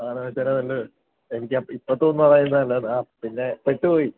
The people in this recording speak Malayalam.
എനിക്ക് ഇപ്പോള് തോന്നുന്നു അതായിരുന്നു നല്ലതെന്ന് ആഹ് പിന്നെ പെട്ടുപോയി